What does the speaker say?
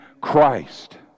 Christ